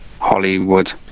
Hollywood